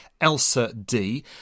ELSA-D